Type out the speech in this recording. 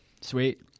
sweet